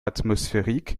atmosphérique